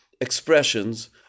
expressions